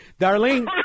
Darlene